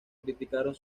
criticaron